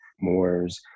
Moors